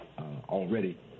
already